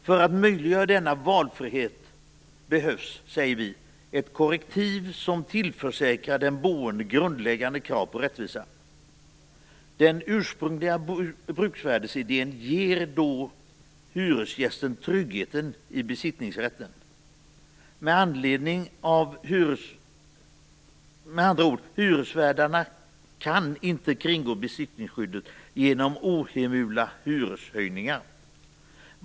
För att möjliggöra denna valfrihet behövs, säger vi, ett korrektiv som tillförsäkrar den boende grundläggande krav på rättvisa. Den ursprungliga bruksvärdesidén ger då hyresgästen tryggheten i besittningsrätten. Hyresvärdarna kan med andra ord inte kringgå besittningsskyddet genom ohemula hyreshöjningar.